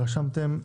ורשמתם: